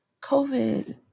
COVID